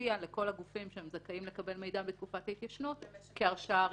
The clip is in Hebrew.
תופיע לכל הגופים שזכאים לקבל מידע בתקופת ההתיישנות כהרשעה ראשונה,